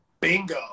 bingo